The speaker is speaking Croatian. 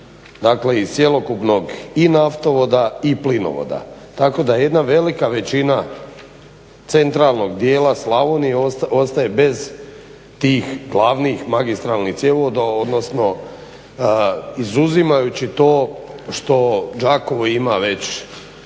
dakle iz cjelokupnog i naftovoda i plinovoda. Tako da jedna velika većina centralnog dijela Slavonije ostaje bez tih glavnih magistralnih cjevovoda, odnosno izuzimajući to što Đakovo ima već